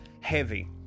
heavy